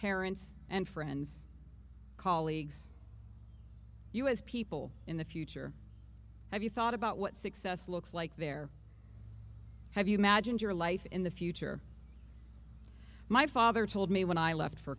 parents and friends colleagues you as people in the future have you thought about what success looks like there have you imagined your life in the future my father told me when i left for